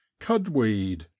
Cudweed